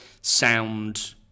sound